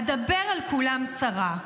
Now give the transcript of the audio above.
אדבר על כולם סרה.